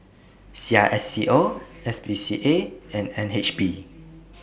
C I S C O S P C A and N H B